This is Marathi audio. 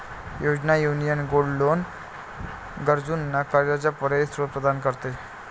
योजना, युनियन गोल्ड लोन गरजूंना कर्जाचा पर्यायी स्त्रोत प्रदान करते